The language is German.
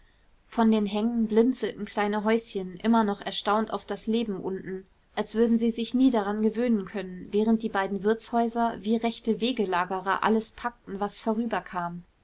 von den hängen blinzelten kleine häuschen immer noch erstaunt auf das leben unten als würden sie sich nie daran gewöhnen können während die beiden wirtshäuser wie rechte wegelagerer alles packten was vorüberkam